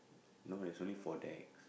no there's only four decks